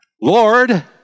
Lord